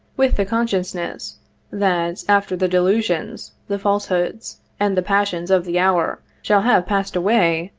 with the consciousness that, after the delusions, the falsehoods, and the passions of the hour shall have passed away,